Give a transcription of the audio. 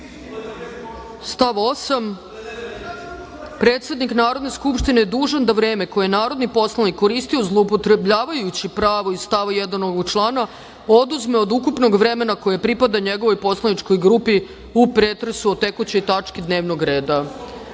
stav 8: „Predsednik Narodne skupštine je dužan da vreme koje je narodni poslanik koristio zloupotrebljavajući pravo iz stava 1. ovog člana oduzme od ukupnog vremena koje pripada njegovoj poslaničkoj grupi u pretresu o tekućoj tački dnevnog reda“.